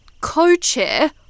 Co-chair